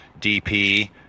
DP